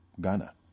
Ghana